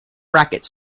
racket